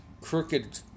crooked